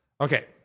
Okay